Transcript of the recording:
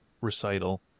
recital